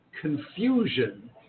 confusion